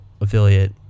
affiliate